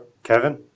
kevin